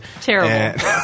Terrible